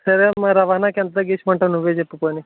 సరే అమ్మ రవాణాకి ఎంత తగ్గించామంటావు నువ్వే చెప్పు పోనీ